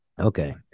Okay